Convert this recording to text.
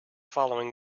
following